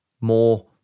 more